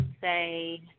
say